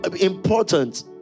important